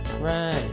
Right